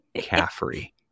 Caffrey